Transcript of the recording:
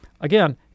again